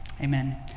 Amen